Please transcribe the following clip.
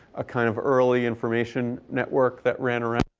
a kind of early information network that ran around.